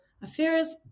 affairs